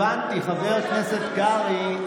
הבנתי, חבר הכנסת קרעי.